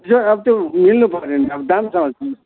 अब त्यो मिल्नु पऱ्यो नि